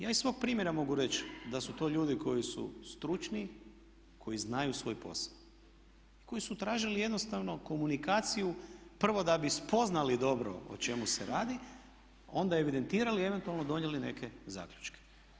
Ja iz svog primjera mogu reći da su to ljudi koji su stručni, koji znaju svoj posao, koji su tražili jednostavno komunikaciju prvo da bi spoznali dobro o čemu se radi a onda evidentirali i eventualno donijeli neke zaključke.